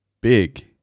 big